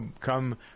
Come